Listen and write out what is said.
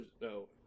no